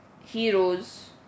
heroes